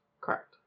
Correct